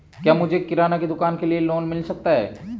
क्या मुझे किराना की दुकान के लिए लोंन मिल सकता है?